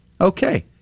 Okay